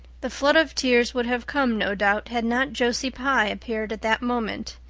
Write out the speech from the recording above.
the flood of tears would have come, no doubt, had not josie pye appeared at that moment.